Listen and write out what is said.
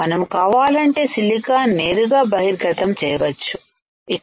మనము కావాలంటే సిలికాన్ నేరుగా బహిర్గతం చేయవచ్చు ఇక్కడ